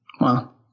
Wow